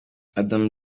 adam